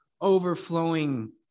overflowing